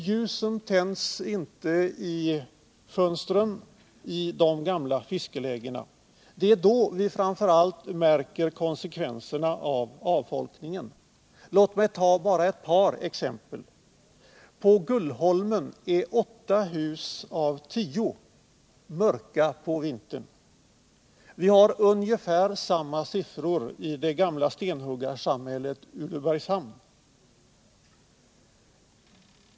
Ljusen tänds inte i fönstren i de gamla fiskelägena. Det är framför allt då vi märker konsekvenserna av avfolkningen. Låt mig ta bara ett par exempel. På Gullholmen är 8 hus av 10 mörka på vintern. Ungefär samma siffror gäller för det gamla stenhuggarsamhället Ulebergshamn.